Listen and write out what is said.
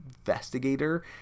investigator